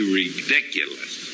ridiculous